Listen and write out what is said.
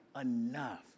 enough